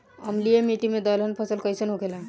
अम्लीय मिट्टी मे दलहन फसल कइसन होखेला?